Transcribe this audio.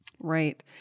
Right